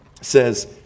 says